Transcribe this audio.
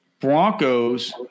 Broncos